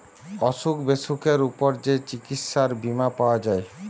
অসুখ বিসুখের উপর যে চিকিৎসার বীমা পাওয়া যায়